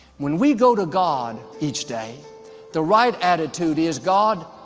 when we go to god each day the right attitude is god.